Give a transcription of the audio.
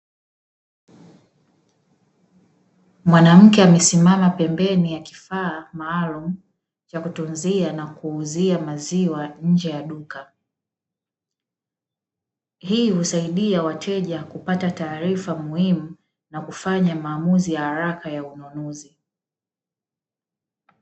Mwanamke amesimama pembeni ya kifaa maalumu cha kutunzia na kuuzia maziwa nje ya duka. Hii husaidia wateja kupata taarifa muhimu na kufanya maamuzi ya haraka ya ununuzi.